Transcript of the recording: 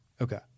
Okay